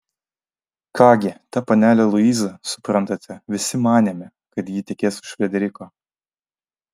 ką gi ta panelė luiza suprantate visi manėme kad ji tekės už frederiko